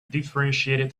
differentiated